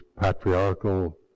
patriarchal